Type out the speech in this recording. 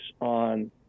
on